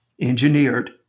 engineered